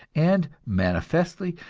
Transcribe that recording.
and manifestly,